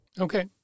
Okay